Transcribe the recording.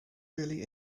really